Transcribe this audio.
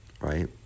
right